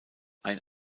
ein